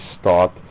start